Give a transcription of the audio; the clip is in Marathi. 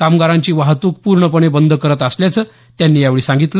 कामगारांची वाहतूक पूर्णपणे बंद करत असल्याचं त्यांनी सांगितलं